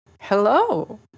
hello